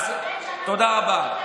תודה רבה.